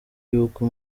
yuko